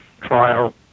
trial